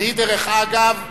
דרך אגב,